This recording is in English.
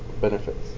benefits